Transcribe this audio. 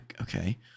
Okay